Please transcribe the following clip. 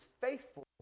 faithful